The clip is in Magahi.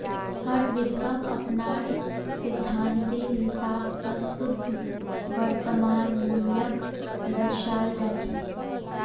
हर देशक अपनार सिद्धान्तेर हिसाब स शुद्ध वर्तमान मूल्यक दर्शाल जा छेक